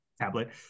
tablet